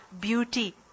Beauty